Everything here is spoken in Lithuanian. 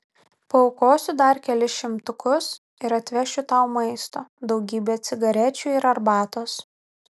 paaukosiu dar kelis šimtukus ir atvešiu tau maisto daugybę cigarečių ir arbatos